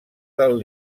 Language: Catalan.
del